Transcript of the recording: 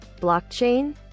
blockchain